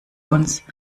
uns